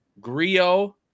Grio